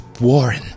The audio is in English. Warren